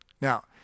now